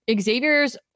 Xavier's